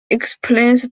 explains